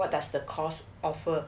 what does the course offer